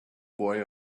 boy